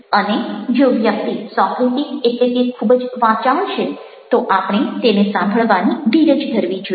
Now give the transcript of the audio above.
અને જો વ્યક્તિ સોક્રિટિક એટલે કે ખૂબ જ વાચાળ છે તો આપણે તેને સાંભળવાની ધીરજ ધરવી જોઈએ